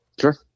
sure